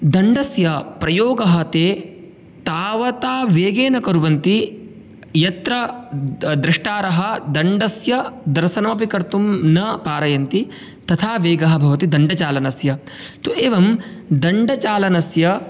दण्डस्य प्रयोगः ते तावता वेगेन कुर्वन्ति यत्र द्रष्टारः दण्डस्य दर्शनमपि कर्तुं न पारयन्ति तथा वेगः भवति दण्डचालनस्य तु एवं दण्डचालनस्य